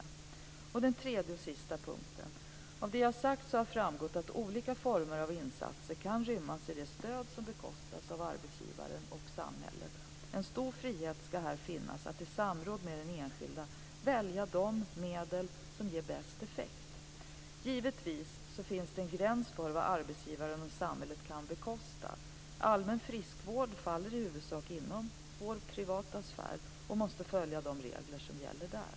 Svaret på den tredje och sista frågan: Av det jag sagt framgår att olika former av insatser kan rymmas i det stöd som bekostas av arbetsgivaren och samhället. En stor frihet ska här finnas att i samråd med den enskilde välja de medel som ger bäst effekt. Givetvis finns det en gräns för vad arbetsgivaren och samhället kan bekosta. Allmän friskvård faller i huvudsak inom den privata sfären och måste följa de regler som gäller där.